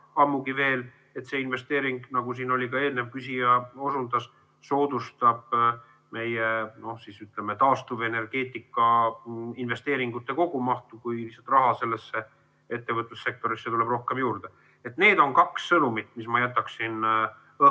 Seda enam, et see investeering, nagu ka eelküsija osundas, soodustab meie taastuvenergeetika investeeringute kogumahtu, kui raha sellesse ettevõtlussektorisse tuleb rohkem juurde. Need on kaks sõnumit, mis ma jätaksin õhku.